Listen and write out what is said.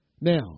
Now